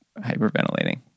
hyperventilating